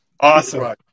Awesome